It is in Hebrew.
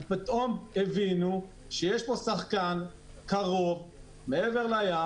פתאום הבינו שיש פה שחקן קרוב מעבר לים